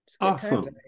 Awesome